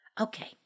Okay